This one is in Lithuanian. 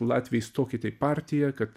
latviai stokite į partiją kad